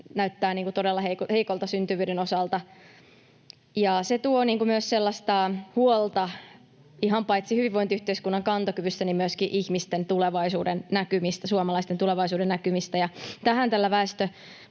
näyttää todella heikolta syntyvyyden osalta, ja se tuo myös sellaista huolta paitsi ihan hyvinvointiyhteiskunnan kantokyvystä niin myöskin ihmisten tulevaisuudennäkymistä, suomalaisten tulevaisuudennäkymistä.